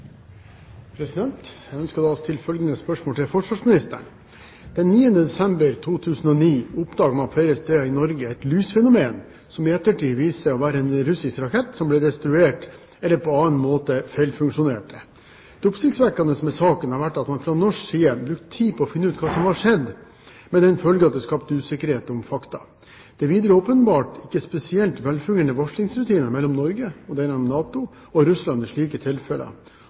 forsvarsministeren: «9. desember 2009 oppdaget man flere steder i Norge et «lysfenomen» som i ettertid viste seg å være en russisk rakett som ble destruert eller på annen måte feilfunksjonerte. Det oppsiktsvekkende med saken har vært at man fra norsk side brukte tid på å finne ut hva som var skjedd, med den følge at det skapte usikkerhet om fakta. Det er videre åpenbart ikke spesielt velfungerende varslingsrutiner mellom Norge/NATO og Russland i slike tilfeller. Ser statsråden nødvendigheten av å gjennomgå dagens rutiner?» Jeg vil først få understreke at uhellet med